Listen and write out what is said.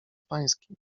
pańskim